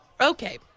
Okay